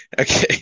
Okay